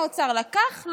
האוצר לקח,